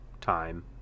time